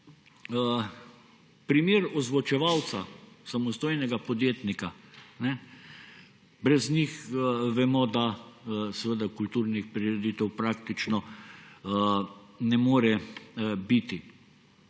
primer ozvočevalca samostojnega podjetnika. Brez njih vemo, da kulturnih prireditev praktično ne more biti.